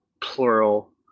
Plural